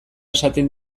esaten